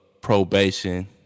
probation